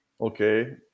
Okay